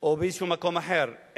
או באיזה מקום אחר,